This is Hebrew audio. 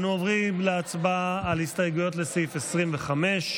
אנו עוברים להצבעה על הסתייגויות לסעיף 25,